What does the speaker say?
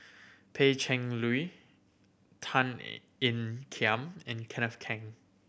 Pan Cheng Lui Tan Ean Kiam and Kenneth Keng